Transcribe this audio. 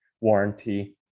warranty